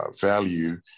value